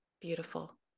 Beautiful